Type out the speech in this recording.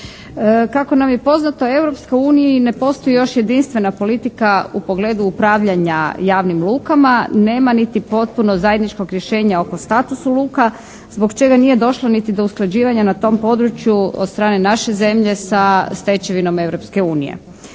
Kako nam je poznato u Europskoj uniji ne postoji još jedinstvena politika u pogledu upravljanja javnim lukama. Nema niti potpuno zajedničkog rješenja oko statusa luka, zbog čega nije došli niti do usklađivanja na tom području od strane naše zemlje sa stečevinom